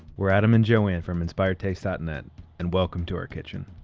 we're adam and joanne from inspiredtaste dot net and welcome to our kitchen!